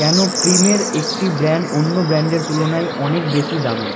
কেন ক্রিমের একটি ব্র্যান্ড অন্য ব্র্যান্ডের তুলনায় অনেক বেশি দামি